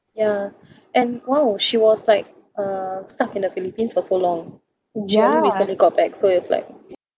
ya and !wow! she was like uh stuck in the philippines for so long she only recently got back so it was like